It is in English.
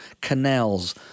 canals